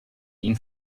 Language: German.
ihn